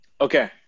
okay